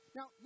Now